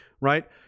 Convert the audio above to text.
right